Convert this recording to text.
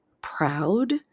proud